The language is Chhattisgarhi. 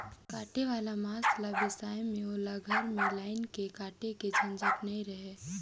कटे वाला मांस ल बेसाए में ओला घर में लायन के काटे के झंझट नइ रहें